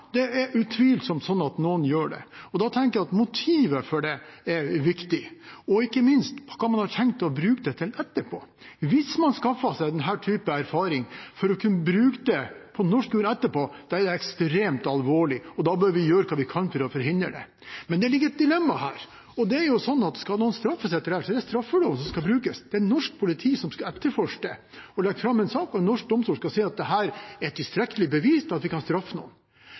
Det er utvilsomt sånn at noen gjør det. Da tenker jeg at motivet for det er viktig – og ikke minst hva man har tenkt å bruke det til etterpå. Hvis man skaffer seg denne type erfaring for å kunne bruke det på norsk jord etterpå, er det ekstremt alvorlig, og da må man gjøre hva man kan for å forhindre det. Men det ligger et dilemma her – det er sånn at hvis noen skal straffes, er det straffeloven som skal brukes. Det er norsk politi som skal etterforske og legge fram en sak, og en norsk domstol skal si at det er tilstrekkelig med bevis til at noen kan